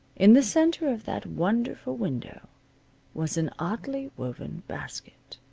in the center of that wonderful window was an oddly woven basket.